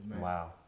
Wow